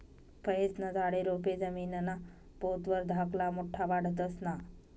फयेस्ना झाडे, रोपे जमीनना पोत वर धाकला मोठा वाढतंस ना?